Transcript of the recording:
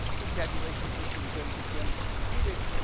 the tabulation system then begins computing.